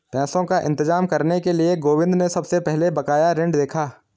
पैसों का इंतजाम करने के लिए गोविंद ने सबसे पहले बकाया ऋण देखा